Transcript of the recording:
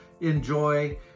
enjoy